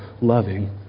loving